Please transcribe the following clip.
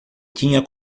tinha